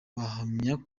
bahamya